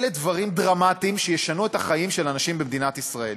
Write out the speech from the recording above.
אלה דברים דרמטיים שישנו את החיים של אנשים במדינת ישראל,